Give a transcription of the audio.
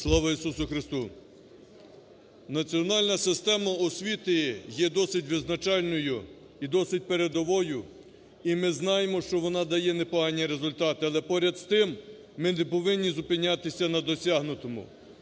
Слава Ісусу Хресту! Національна система освіти є досить визначальною і досить передовою, і ми знаємо, що вона дає непогані результати. Але поряд з тим ми не повинні зупинятися на досягнутому.